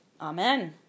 Amen